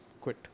quit